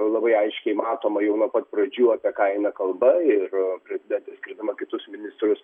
labai aiškiai matoma jau nuo pat pradžių apie ką eina kalba ir prezidentė skirdama kitus ministrus